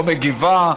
לא מגיבה,